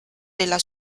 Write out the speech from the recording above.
della